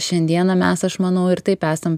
šiandieną mes aš manau ir taip esam